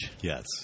Yes